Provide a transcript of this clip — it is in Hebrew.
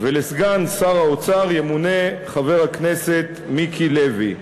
ולסגן שר האוצר ימונה חבר הכנסת מיקי לוי.